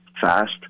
fast